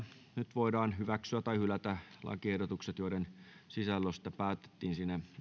nyt voidaan hyväksyä tai hylätä lakiehdotukset joiden sisällöstä päätettiin